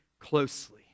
closely